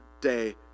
day